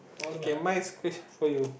okay my next question for you